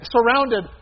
Surrounded